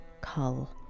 Cull